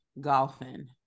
golfing